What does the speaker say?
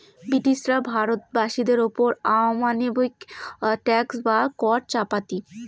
ব্রিটিশরা ভারত বাসীদের ওপর অমানবিক ট্যাক্স বা কর চাপাতি